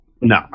No